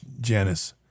Janice